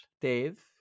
Dave